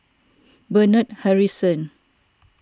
Bernard Harrison